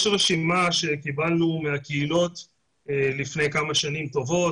יש רשימה שקיבלנו מהקהילות לפני כמה שנים טובות.